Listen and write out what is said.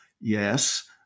Yes